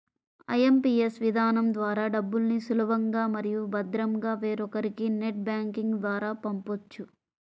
IMPS విధానం ద్వారా డబ్బుల్ని సులభంగా మరియు భద్రంగా వేరొకరికి నెట్ బ్యాంకింగ్ ద్వారా పంపొచ్చు